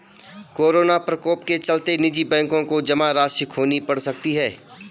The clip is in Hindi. कोरोना प्रकोप के चलते निजी बैंकों को जमा राशि खोनी पढ़ सकती है